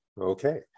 Okay